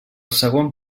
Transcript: segon